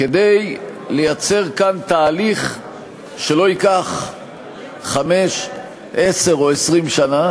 כדי לייצר כאן תהליך שלא ייקח חמש, עשר או 20 שנה.